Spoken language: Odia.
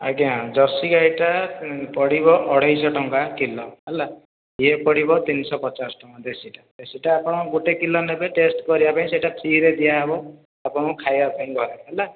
ଆଜ୍ଞା ଜର୍ସି ଗାଈଟା ପଡ଼ିବ ଅଢ଼େଇ ଶହ ଟଙ୍କା କିଲୋ ହେଲା ଇଏ ପଡ଼ିବ ତିନି ଶହ ପଚାଶ ଟଙ୍କା ଦେଶୀ ଟା ଦେଶୀ ଟା ଆପଣ ଗୋଟେ କିଲୋ ନେବେ ଟେଷ୍ଟ କରିବାପାଇଁ ସେଇଟା ଫ୍ରୀରେ ଦିଆହେବ ଆପଣଙ୍କୁ ଖାଇବାପାଇଁ ଘରେ ହେଲା